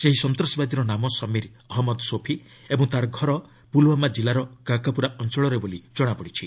ସେହି ସନ୍ତାସବାଦୀର ନାମ ସମୀର ଅହମ୍ମଦ ସୋଫି ଓ ତା'ର ଘର ପୁଲୁବାମା କିଲ୍ଲାର କାକାପୁରା ଅଞ୍ଚଳରେ ବୋଲି ଜଣାପଡିଛି